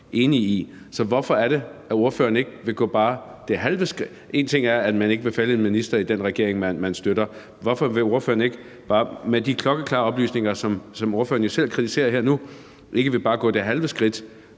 enige i. Så hvorfor er det, at ordføreren ikke vil gå bare det halve skridt? En ting er, at man ikke vil fælde en minister i den regering, man støtter, men hvorfor vil ordføreren ikke bare med de klokkeklare oplysninger, som ordføreren jo selv kritiserer her nu, ikke bare gå det halve skridt